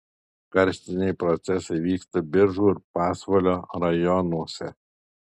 karstiniai procesai vyksta biržų ir pasvalio rajonuose